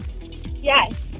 Yes